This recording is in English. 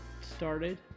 started